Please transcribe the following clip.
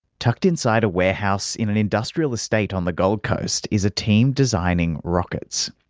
tucked inside a warehouse in an industrial estate on the gold coast is a team designing rockets.